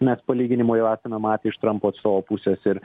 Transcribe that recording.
mes palyginimė jau esame matę iš trampo pusės ir